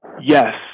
Yes